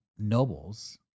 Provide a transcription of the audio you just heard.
nobles